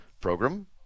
program